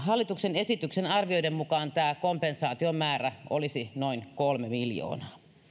hallituksen esityksen arvioiden mukaan tämä kompensaation määrä olisi noin kolme miljoonaa